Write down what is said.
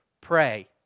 Pray